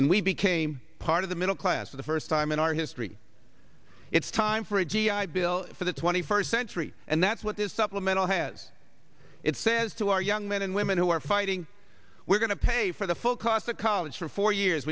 and we became part of the middle class for the first time in our history it's time for a g i bill for the twenty first century and that's what this supplemental has it says to our young men and women who are fighting we're going to pay for the full cost of college for four years